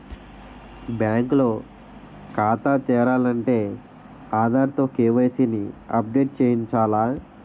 bank లో ఖాతా తెరాలంటే ఆధార్ తో కే.వై.సి ని అప్ డేట్ చేయించాల